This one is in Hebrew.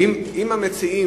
אדוני היושב-ראש,